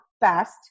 fast